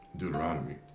Deuteronomy